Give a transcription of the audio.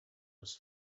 was